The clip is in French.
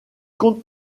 compte